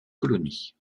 colonie